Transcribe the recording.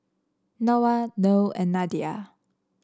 Noah Noh and Nadia